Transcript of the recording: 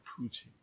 Putin